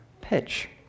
pitch